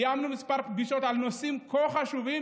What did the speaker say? קיימנו כמה פגישות על נושאים כה חשובים